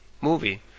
movie